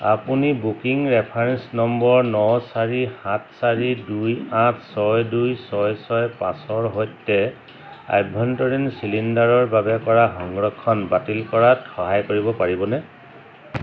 আপুনি booking reference number ন চাৰি সাত চাৰি দুই আঠ ছয় দুই ছয় ছয় পাঁচৰ সৈতে আভ্যন্তৰীণ চিলিণ্ডাৰৰ বাবে কৰা সংৰক্ষণ বাতিল কৰাত সহায় কৰিব পাৰিবনে